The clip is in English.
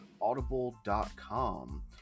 Audible.com